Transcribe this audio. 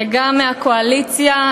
וגם מהקואליציה.